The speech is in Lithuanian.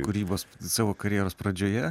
kūrybos savo karjeros pradžioje